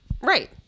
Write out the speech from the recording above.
Right